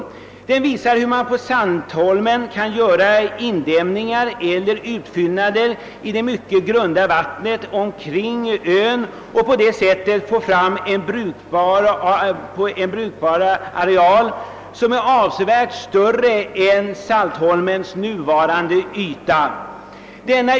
Denna utredning visar hur man på Saltholm kan göra indämningar eller utfyllnader i det mycket grunda vattnet omkring ön och på det sättet erhålla en brukbar areal som blir avsevärt större än Saltholms nuvarande yta.